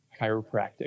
chiropractic